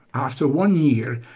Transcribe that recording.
after one year,